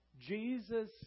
Jesus